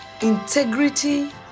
integrity